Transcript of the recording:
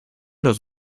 los